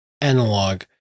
analog